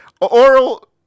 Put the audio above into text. oral